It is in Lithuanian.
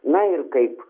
na ir kaip